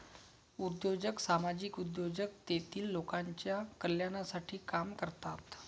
उद्योजक सामाजिक उद्योजक तेतील लोकांच्या कल्याणासाठी काम करतात